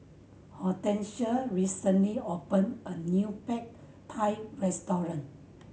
Hortensia recently opened a new Pad Thai Restaurant